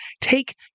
take